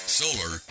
solar